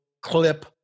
clip